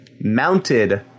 mounted